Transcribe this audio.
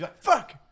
Fuck